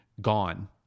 gone